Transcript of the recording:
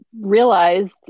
realized